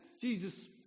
jesus